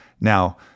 Now